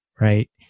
right